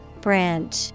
Branch